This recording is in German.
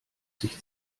sich